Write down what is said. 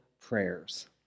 prayers